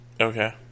Okay